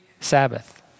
Sabbath